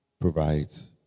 provides